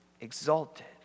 exalted